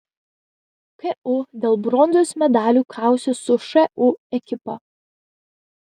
ku dėl bronzos medalių kausis su šu ekipa